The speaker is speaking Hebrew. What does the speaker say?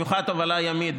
במיוחד הובלה ימית,